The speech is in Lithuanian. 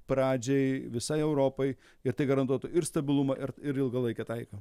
pradžiai visai europai ir tai garantuotų ir stabilumą ir ir ilgalaikę taiką